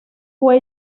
fue